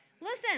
Listen